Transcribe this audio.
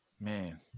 Man